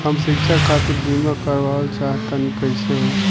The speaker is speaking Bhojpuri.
हम शिक्षा खातिर बीमा करावल चाहऽ तनि कइसे होई?